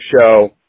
Show